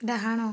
ଡାହାଣ